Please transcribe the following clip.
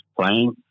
playing